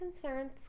concerns